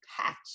patch